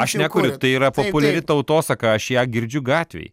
aš nekuriu tai yra populiari tautosaka aš ją girdžiu gatvėj